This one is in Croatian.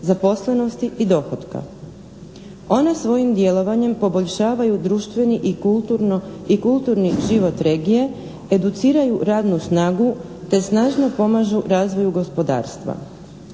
zaposlenosti i dohotka. Ona svojim djelovanjem poboljšavaju društveni i kulturni život regije, educiraju radnu snagu te snažno pomažu razvoju gospodarstva.